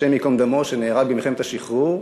השם ייקום דמו, שנהרג במלחמת השחרור.